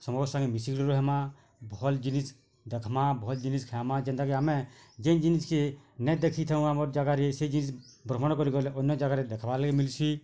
ସମସ୍ତଙ୍କ ସାଙ୍ଗେ ମିଶିକିରି ରହେମା ଭଲ୍ ଜିନିଷ୍ ଦେଖ୍ମା ଭଲ୍ ଜିନିଷ୍ ଖାଏମା ଯେନ୍ତା କି ଆମେ ଯେନ୍ ଜିନିଷ୍ କେ ନେ ଦେଖିଥାଉ ଆମର୍ ଜାଗାରେ ସେ ଜିନିଷ୍ ଭ୍ରମଣ କରି ଗଲେ ଅନ୍ୟ ଜାଗାରେ ଦେଖବାର୍ ଲାଗି ମିଲ୍ସି